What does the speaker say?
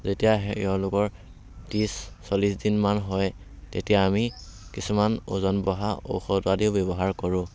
যেতিয়া সেই এওঁলোকৰ ত্ৰিছ চল্লিছ দিনমান হয় তেতিয়া আমি কিছুমান ওজন বঢ়া ঔষধ আদিও ব্যৱহাৰ কৰোঁ